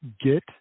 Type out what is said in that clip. get